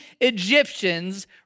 Egyptians